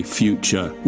future